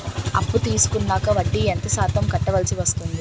అప్పు తీసుకున్నాక వడ్డీ ఎంత శాతం కట్టవల్సి వస్తుంది?